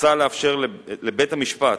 מוצע לאפשר לבית המשפט,